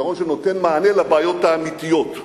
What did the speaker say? פתרון שנותן מענה לבעיות האמיתיות,